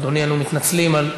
אדוני, אנו מתנצלים על האי-נימוס.